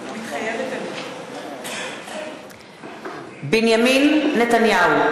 מתחייבת אני בנימין נתניהו,